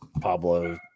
Pablo –